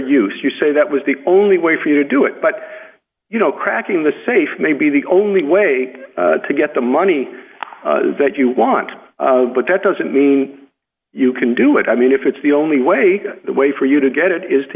use you say that was the only way for you do it but you know cracking the safe may be the only way to get the money that you want but that doesn't mean you can do it i mean if it's the only way the way for you to get it is to